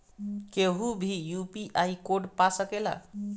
केहू भी UPI code पा सकेला?